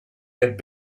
had